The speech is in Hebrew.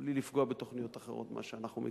בלי לפגוע בתוכניות אחרות, מה שאנחנו מכירים.